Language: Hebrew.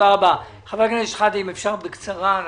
חבר הכנסת שחאדה, אם אפשר בקצרה.